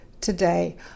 today